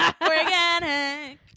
Organic